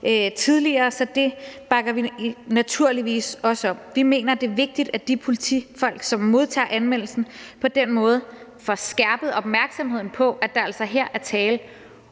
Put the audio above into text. tidligere, så det bakker vi naturligvis også op. Vi mener, det er vigtigt, at de politifolk, som modtager anmeldelsen på den måde får skærpet opmærksomheden på, at der altså her er tale